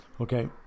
okay